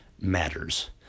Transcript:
matters